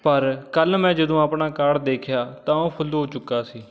ਪਰ ਕੱਲ੍ਹ ਮੈਂ ਜਦੋਂ ਆਪਣਾ ਕਾਰਟ ਦੇਖਿਆ ਤਾਂ ਉਹ ਫੁੱਲ ਹੋ ਚੁੱਕਾ ਸੀ